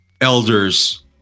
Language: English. elders